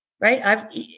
right